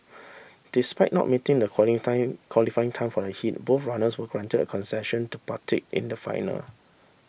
despite not meeting the time qualifying time for the heat both runners were granted a concession to partake in the final